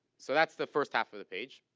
so that's the first half of the page.